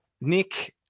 Nick